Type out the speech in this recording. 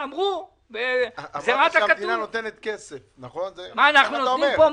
אמרת שהמדינה נותנת כסף, נכון, ככה אמרת?